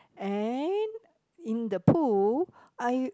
and in the pool I